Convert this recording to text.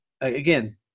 again